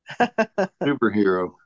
superhero